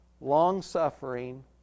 long-suffering